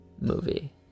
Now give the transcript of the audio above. movie